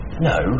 No